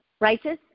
righteous